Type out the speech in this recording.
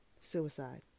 Suicide